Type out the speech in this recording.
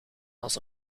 als